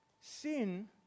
Sin